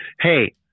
Hey